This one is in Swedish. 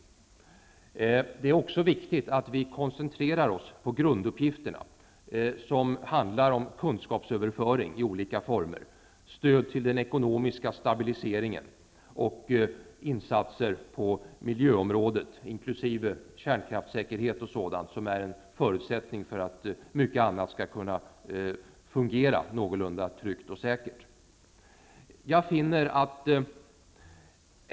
Det är också viktigt att vi koncentrerar oss på grunduppgifterna. Det handlar om kunskapsöverföring i olika former, stöd till den ekonomiska stabiliseringen och insatser på miljöområdet, inkl. kärnkraftssäkerhet och sådant som är en förutsättning för att mycket annat skall kunna fungera någorlunda tryggt och säkert.